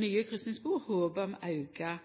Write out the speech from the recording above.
nye kryssingsspor håp om auka